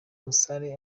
musare